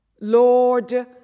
Lord